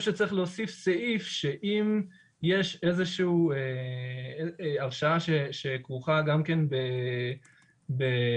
שצריך להוסיף סעיף שאם יש איזושהי הרשעה שכרוכה גם כן במאסר